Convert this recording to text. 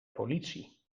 politie